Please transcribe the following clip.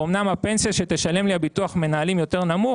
ואמנם הפנסיה שתשלם לי ביטוח המנהלים הוא יותר נמוך,